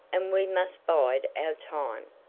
and we must bide our time.